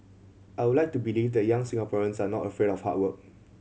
I would like to believe that young Singaporeans are not afraid of hard work